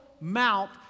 mount